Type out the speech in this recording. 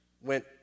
went